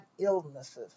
illnesses